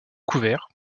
couvert